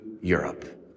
Europe